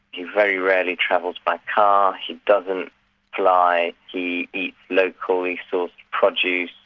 he very rarely travels by car, he doesn't fly, he eats locally-sourced produce,